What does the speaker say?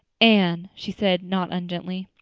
anne, she said not ungently.